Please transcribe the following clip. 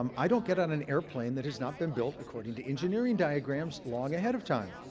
um i don't get on an airplane that has not been built according to engineering diagrams long ahead of time.